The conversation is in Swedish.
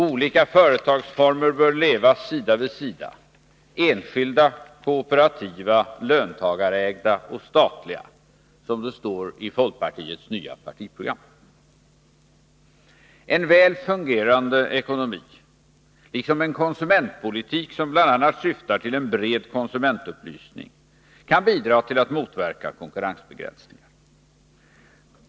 Olika företagsformer bör leva sida vid sida: enskilda, kooperativa, löntagar ägda och statliga”, som det står i folkpartiets nya partiprogram. En väl fungerande ekonomi liksom en konsumentpolitik som bl.a. syftar till en bred konsumentupplysning kan bidra till att motverka konkurrensbegränsningar.